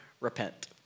repent